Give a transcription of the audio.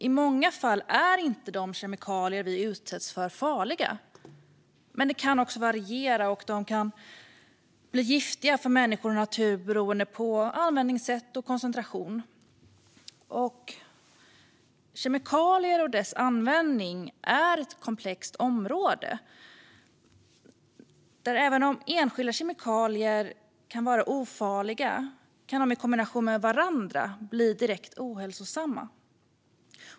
I många fall är inte de kemikalier vi utsätts för farliga, men det kan också variera och de kan bli giftiga för människa och natur beroende på användningssätt och koncentration. Kemikalier och deras användning är ett komplext område. Även om enskilda kemikalier kan vara ofarliga kan de i kombination med varandra bli direkt ohälsosamma.